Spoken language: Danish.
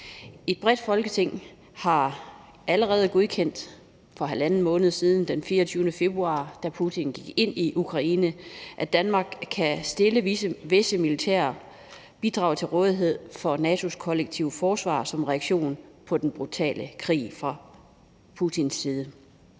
i Folketinget har allerede for halvanden måned siden – den 24. februar, da Putin gik ind i Ukraine – godkendt, at Danmark kan stille visse militære bidrag til rådighed for NATO's kollektive forsvar som en reaktion på den brutale krig fra Putins side.